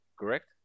correct